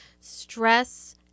stress